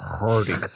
hurting